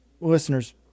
listeners